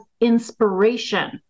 inspiration